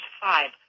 five